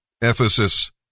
Ephesus